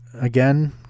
again